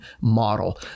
model